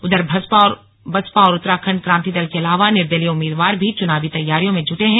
उधर बसपा और उत्तराखंड क्रांति दल के अलावा निर्दलीय उम्मीदवार भी चुनावी तैयारियों में जुटे हैं